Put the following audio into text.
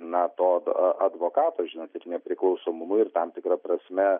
na to ad advokato žinot ir nepriklausomumo ir tam tikra prasme